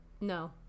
No